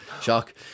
shock